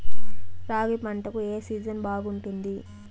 రాగి పంటకు, ఏ సీజన్ బాగుంటుంది?